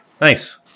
Nice